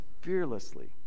fearlessly